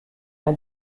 elle